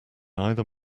either